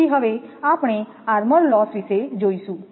તેથી હવે આપણે આર્મર લોસ વિશે જોઈશું